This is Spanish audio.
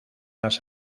las